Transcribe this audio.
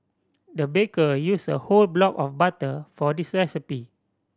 the baker used a whole block of butter for this recipe